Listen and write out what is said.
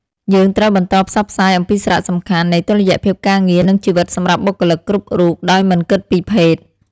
យើងត្រូវបន្តផ្សព្វផ្សាយអំពីសារៈសំខាន់នៃតុល្យភាពការងារនិងជីវិតសម្រាប់បុគ្គលិកគ្រប់រូបដោយមិនគិតពីភេទ។